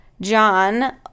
john